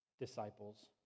disciples